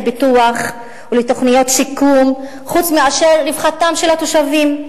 פיתוח ולתוכניות שיקום חוץ מאשר רווחתם של התושבים,